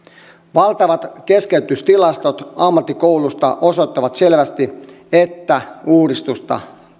valtavat keskeytystilastot ammattikouluista osoittavat selvästi että uudistusta